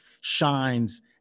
shines